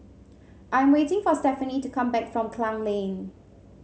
I am waiting for Stephaine to come back from Klang Lane